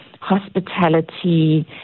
hospitality